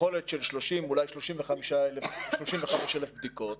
יכולת של 30,000 ואולי 35,000 בדיקות,